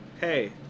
Hey